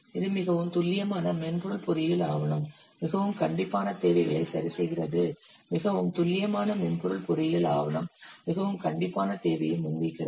இது மிகவும் துல்லியமான மென்பொருள் பொறியியல் ஆவணம் மிகவும் கண்டிப்பான தேவைகளை சரி செய்கிறது மிகவும் துல்லியமான மென்பொருள் பொறியியல் ஆவணம் மிகவும் கண்டிப்பான தேவையை முன்வைக்கிறது